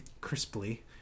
crisply